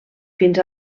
fins